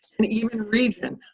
and even region.